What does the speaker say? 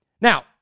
Now